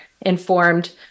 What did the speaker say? informed